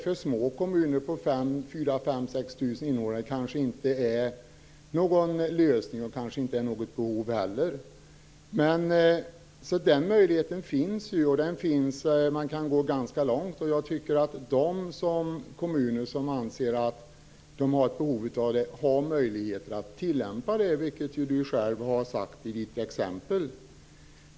För små kommuner med 4 000-6 000 invånare är det kanske inte någon lösning, och det kanske inte heller finns något behov. Men möjligheten finns. De kommuner som anser att de har ett behov av kommundelsnämnder kan tillämpa ett sådant system, vilket också Sven Bergström tog upp i sitt exempel.